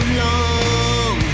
long